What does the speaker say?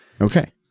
Okay